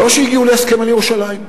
לא שהגיעו להסכם על ירושלים,